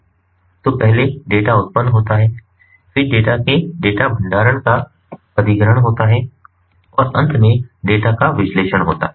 तो पहले डेटा उत्पन्न होता है फिर डेटा के डेटा भंडारण का अधिग्रहण होता है और अंत में डेटा का विश्लेषण होता है